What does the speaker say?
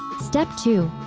step two.